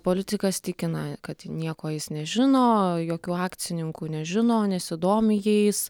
politikas tikina kad nieko jis nežino jokių akcininkų nežino nesidomi jais